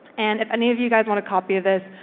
and if any of you guys want a copy of this,